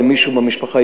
למישהו מהמשפחה,